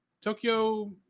Tokyo